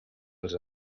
els